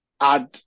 add